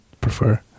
prefer